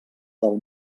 del